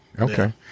Okay